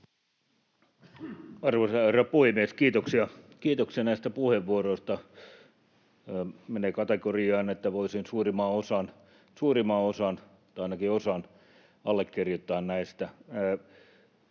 Arvoisa herra puhemies! Kiitoksia näistä puheenvuoroista — menee kategoriaan, että voisin suurimman osan tai ainakin osan näistä allekirjoittaa. Tämä,